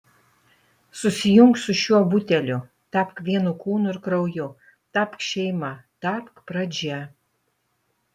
susijunk su šiuo buteliu tapk vienu kūnu ir krauju tapk šeima tapk pradžia